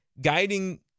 guiding